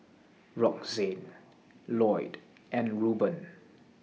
Roxane Lloyd and Ruben